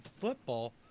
football